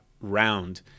round